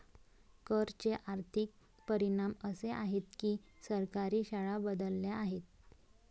कर चे आर्थिक परिणाम असे आहेत की सरकारी शाळा बदलल्या आहेत